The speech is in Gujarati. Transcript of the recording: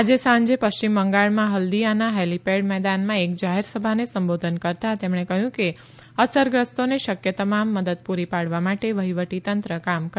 આજે સાંજે પશ્ચિમ બંગાળમાં હલ્દિયાના હેલીપેડ મેદાનમાં એક જાહેર સભાને સંબોધન કરતાં તેમણે કહ્યું કે અસરગ્રસ્તોને શક્ય તમામ મદદ પૂરી પાડવા માટે વહીવટીતંત્ર કામ કરી રહ્યું છે